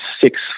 six